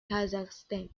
kazakhstan